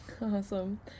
Awesome